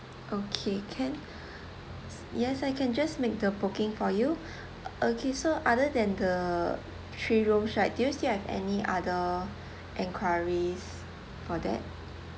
okay can yes I can just make the booking for you okay so other than three rooms right do you still have any other enquiries for that